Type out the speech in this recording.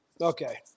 Okay